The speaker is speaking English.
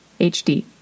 HD